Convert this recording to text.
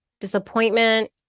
disappointment